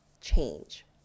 change